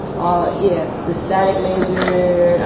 all yes, the static major. yeah,